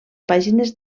pàgines